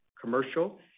commercial